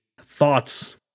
thoughts